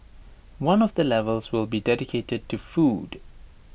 one of the levels will be dedicated to the food